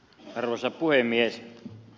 arvoisa puhemies